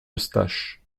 eustache